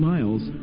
Miles